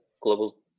global